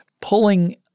pulling